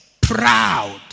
proud